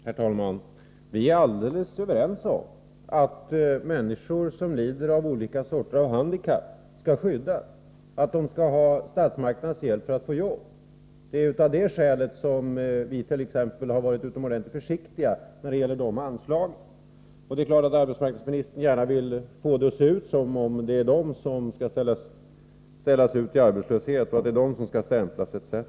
Herr talman! Vi är alldeles överens om att människor som lider av olika sorters handikapp skall skyddas och att de skall ha statsmakternas hjälp för att få jobb. Det är av det skälet som vi t.ex. har varit utomordentligt försiktiga när det gäller anslagen. Det är klart att arbetsmarknadsministern gärna vill få det att se ut som om det är dessa människor som skall skickas ut i arbetslöshet, stämplas, etc.